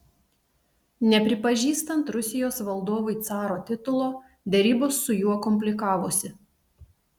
nepripažįstant rusijos valdovui caro titulo derybos su juo komplikavosi